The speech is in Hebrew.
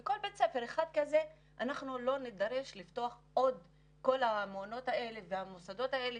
לא נידרש לפתוח את כל המעונות והמוסדות האלה